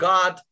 God